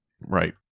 Right